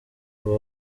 uba